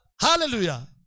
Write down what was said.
Hallelujah